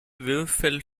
würfel